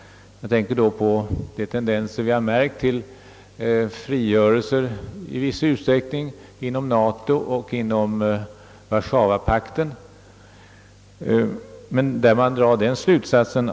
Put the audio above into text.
Jag tänker då på de tendenser till frigörelse i viss utsträckning, som vi märkt inom Nato och Warszawapakten.